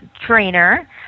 trainer